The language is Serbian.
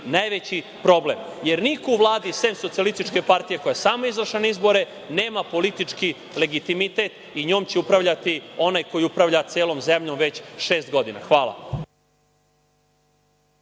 najveći problem, jer niko u Vladi, sem Socijalističke partije koja je sama izašla na izbore, nema politički legitimitet i njom će upravljati onaj koji upravlja celom zemljom već šest godina. hvala.